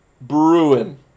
Bruin